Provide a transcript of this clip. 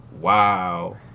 Wow